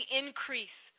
increase